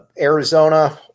Arizona